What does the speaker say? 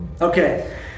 Okay